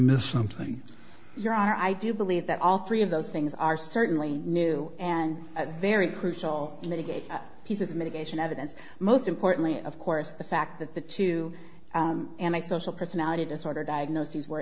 missed something your honor i do believe that all three of those things are certainly new and very crucial litigate he says mitigation evidence most importantly of course the fact that the two anti social personality disorder diagnoses were